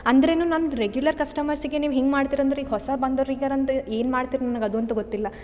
ಅಂದ್ರೆ ಏನು ರೆಗ್ಯುಲರ್ ಕಸ್ಟಮರ್ಸ್ಗೆ ನೀವು ಹಿಂಗೆ ಮಾಡ್ತೀರಿ ಅಂದ್ರೆ ಈಗ ಹೊಸ ಬಂದೋರಿಗದು ಏನು ಮಾಡ್ತೀರಿ ನನಗೆ ಅದಂತು ಗೊತ್ತಿಲ್ಲ